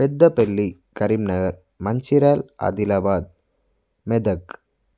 Peddapalli Karimnagar Mancherial Adilabad Medak